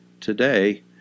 today